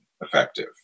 effective